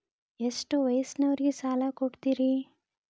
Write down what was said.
ಎಷ್ಟ ವಯಸ್ಸಿನವರಿಗೆ ಸಾಲ ಕೊಡ್ತಿರಿ?